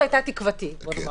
זאת הייתה תקוותי, בוא נאמר.